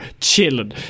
chilling